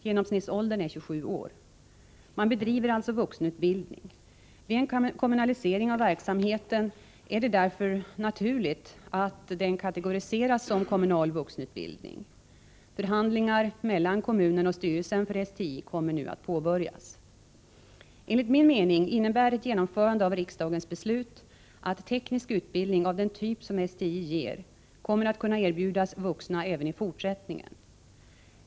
Genomsnittsåldern är 27 år. Man bedriver alltså vuxenutbildning. Vid en kommunalisering av verksamheten är det därför naturligt att den kategoriseras som kommunal vuxenutbildning. Förhandlingar mellan kommunen och styrelsen för STI kommer nu att påbörjas. Enligt min mening innebär ett genomförande av riksdagens beslut att teknisk utbildning av den typ som STI ger kommer att kunna erbjudas vuxna även i fortsättningen.